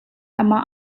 amah